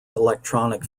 electronic